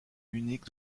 unique